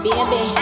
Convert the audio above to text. Baby